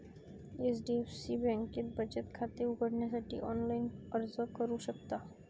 HDFC बँकेत बचत खाते उघडण्यासाठी ऑनलाइन अर्ज करू शकता